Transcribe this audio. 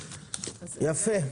יפה.